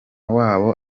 wabo